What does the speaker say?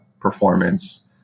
performance